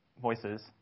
voices